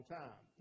time